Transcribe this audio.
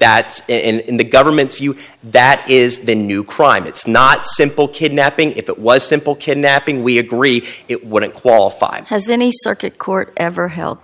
that in the government's view that is the new crime it's not simple kidnapping if it was simple kidnapping we agree it wouldn't qualify as any circuit court ever held